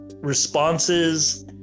responses